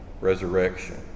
resurrection